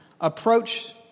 approach